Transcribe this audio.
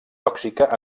tòxica